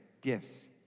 gifts